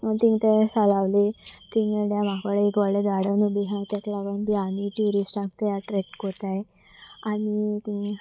तींग ते सालावली तींग डेमा कडेन एक व्हडलें गार्डनूय बी आसा ताका लागून बी आनी ट्युरिस्टांक ते एट्रेक्ट कोताय आनी ती